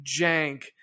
jank